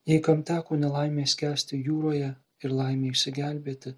jei kam teko nelaimė skęsti jūroje ir laimė išsigelbėti